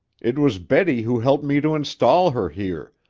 it was betty who helped me to install her here,